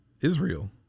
Israel